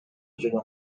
жүрөм